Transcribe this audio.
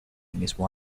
mismo